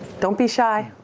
don't be shy.